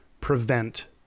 prevent